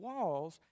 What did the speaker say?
walls